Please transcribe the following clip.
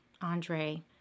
Andre